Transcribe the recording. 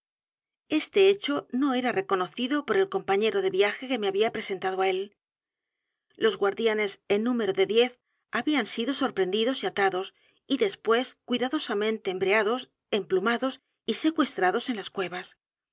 este hecho no era conocido por el compañero de viaje que me había presentado á él los guardianes en número de diez habían sido sorprendidos y atados y después cuidadosamente embreados emplumados y secuestrados e n las cuevas